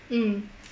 mm